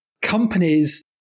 companies